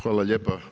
Hvala lijepa.